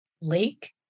Lake